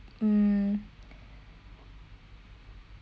mm